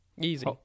Easy